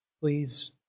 please